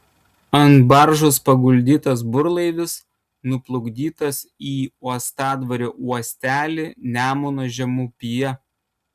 ant baržos paguldytas burlaivis nuplukdytas į uostadvario uostelį nemuno žemupyje